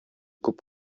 күп